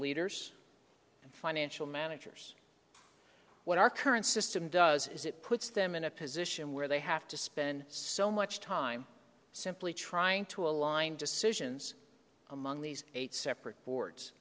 leaders and financial managers what our current system does is it puts them in a position where they have to spend so much time simply trying to align decisions among these eight separate boards